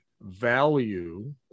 value